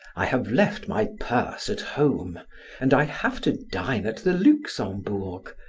i have left my purse at home and i have to dine at the luxembourg.